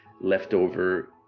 leftover